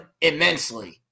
immensely